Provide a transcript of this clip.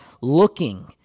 looking